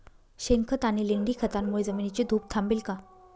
शेणखत आणि लेंडी खतांमुळे जमिनीची धूप थांबेल का?